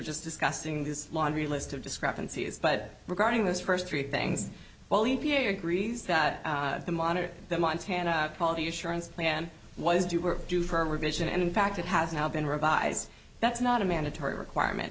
just discussing this laundry list of discrepancies but regarding those first three things while e p a agrees that the monitor that montana quality assurance plan was due we're due for a revision and in fact it has now been revised that's not a mandatory requirement